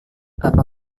apa